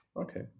Okay